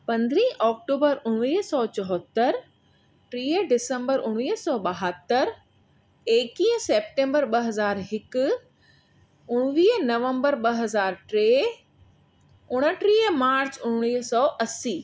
पंद्रहं ऑक्टूबर उणिवीह सौ चोहतरि टीह डिसम्बर उणिवीह सौ ॿहतरि एकवीह सेप्टेम्बर ॿ हज़ार हिकु उणिवीह नवम्बर ॿ हज़ार टे उणटीह मार्च उणिवीह सौ असीं